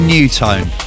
Newtone